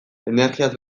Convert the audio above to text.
energiaz